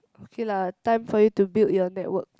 okay lah time for you to build your network